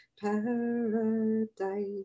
paradise